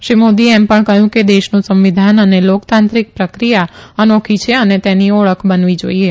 શ્રી મોદીએ એમ પણ કહથું કે દેશનું સંવિધાન અને લોકતાંત્રિક પ્રક્રિયા અનોખી છે અને તેની ઓળખ બનવી જોઇએ